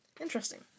Interesting